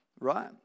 right